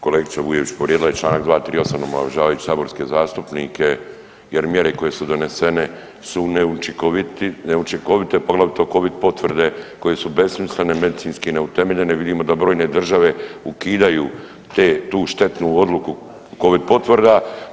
Kolegica Vujević povrijedila je čl. 238. omalovažavajući saborske zastupnike jer mjere koje su donesene su neučinkovite, poglavito covid potvrde koje su besmislene i medicinski neutemeljene, vidimo da brojne države ukidaju te, tu štetnu odluku covid potvrda.